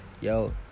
yo